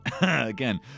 again